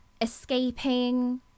escaping